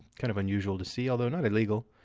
kind of unusual to see although not illegal.